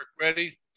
ready